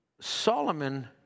Solomon